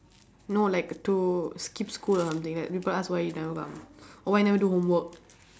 no like to skip school or something like people ask you why you never come or why never do homework